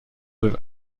with